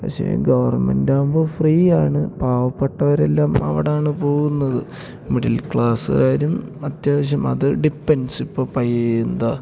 പക്ഷേ ഗവർമെൻ്റാവുമ്പോൾ ഫ്രീയാണ് പാവപ്പെട്ടവർ എല്ലാം അവിടെയാണ് പോവുന്നത് മിഡിൽ ക്ലാസ്കാരും അത്യാവശ്യം അത് ഡിപ്പെൻസിപ്പോൾ പൈസ എന്താ